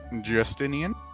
Justinian